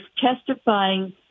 testifying